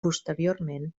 posteriorment